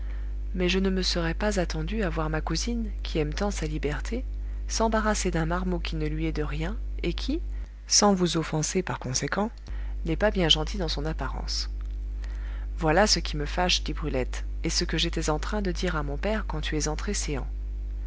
mais je ne me serais pas attendu à voir ma cousine qui aime tant sa liberté s'embarrasser d'un marmot qui ne lui est de rien et qui sans vous offenser par conséquent n'est pas bien gentil dans son apparence voilà ce qui me fâche dit brulette et ce que j'étais en train de dire à mon père quand tu es entré céans